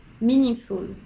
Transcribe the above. meaningful